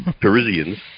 Parisians